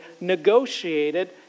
negotiated